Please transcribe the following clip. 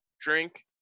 drink